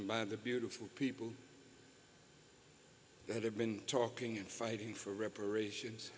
by the beautiful people that have been talking and fighting for reparations